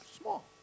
small